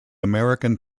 american